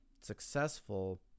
successful